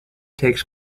takes